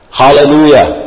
hallelujah